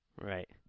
Right